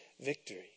victory